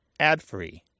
adfree